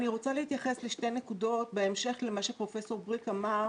רוצה להתייחס לשתי נקודות בהמשך למה שפרופ' בריק אמר